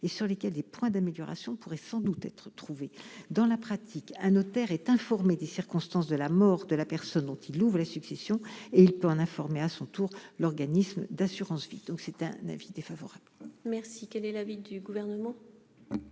vie, sur laquelle des points d'amélioration pourraient sans doute être trouvés. Dans la pratique, un notaire est informé des circonstances de la mort de la personne dont il ouvre la succession et il peut en informer à son tour l'organisme d'assurance vie. J'émets donc un avis défavorable. Quel est l'avis du Gouvernement ?